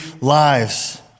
lives